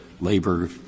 labor